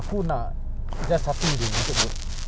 kita need to get that specialised thing